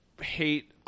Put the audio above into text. hate